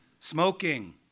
Smoking